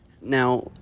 Now